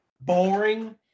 boring